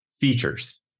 features